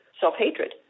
self-hatred